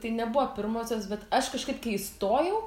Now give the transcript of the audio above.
tai nebuvo pirmosios bet aš kažkaip kai įstojau